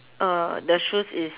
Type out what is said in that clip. uh the shoes is